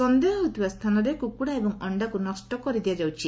ସନ୍ଦେହ ହେଉଥିବା ସ୍ଥାନରେ କୁକୁଡ଼ା ଏବଂ ଅଣ୍ଡାକୁ ନଷ୍ଟ କରି ଦିଆଯାଉଛି